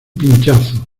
pinchazo